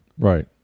Right